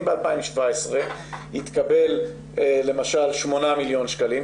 אם ב-2017 התקבל למשל 8 מיליון שקלים,